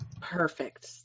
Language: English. perfect